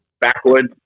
backwoods